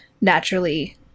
naturally